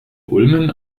ulmen